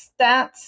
stats